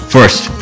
First